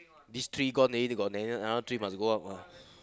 this three gone already got never three must go up all